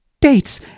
dates